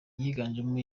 yiganjemo